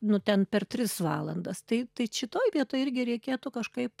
nu ten per tris valandas tai šitoj vietoj irgi reikėtų kažkaip